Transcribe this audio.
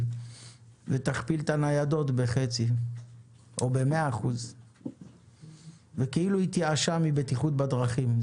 ותכפיל את הניידות בחצי או ב-100% וכאילו התייאשה מבטיחות בדרכים.